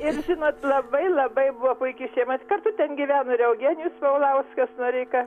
ir žinot labai labai buvo puiki šeima vat kartu ten gyveno ir eugenijus paulauskas noreika